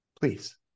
Please